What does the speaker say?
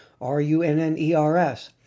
R-U-N-N-E-R-S